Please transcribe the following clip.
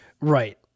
Right